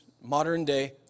modern-day